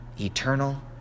eternal